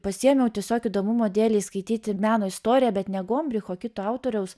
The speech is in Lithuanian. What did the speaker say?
pasiėmiau tiesiog įdomumo dėlei skaityti meno istoriją bet ne gombricho kito autoriaus